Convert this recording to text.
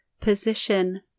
position